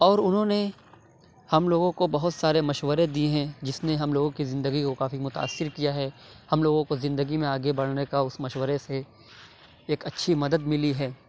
اور اُنہوں نے ہم لوگوں کو بہت سارے مشورے دیے ہیں جس نے ہم لوگوں کی زندگی کو کافی متاثر کیا ہے ہم لوگوں کو زندگی میں آگے بڑھنے کا اُس مشورے سے ایک اچھی مدد مِلی ہے